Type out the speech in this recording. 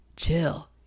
Chill